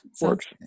Works